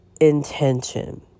intention